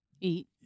Eat